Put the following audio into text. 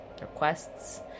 requests